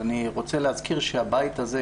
אני רוצה להזכיר שהבית הזה,